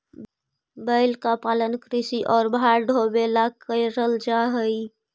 बैल का पालन कृषि और भार ढोवे ला करल जा ही